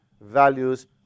values